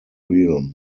realm